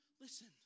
listen